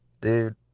dude